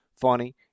funny